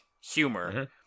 humor